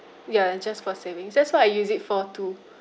ya just for savings that's why I use it for two